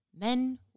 men